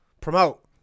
Promote